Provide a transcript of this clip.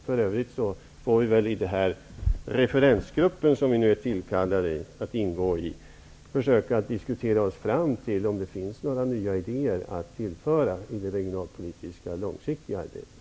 För övrigt får vi väl i den referensgrupp som vi är kallade att ingå i diskutera och försöka komma fram till om det finns några nya idéer att tillföra i det långsiktiga regionalpolitiska arbetet.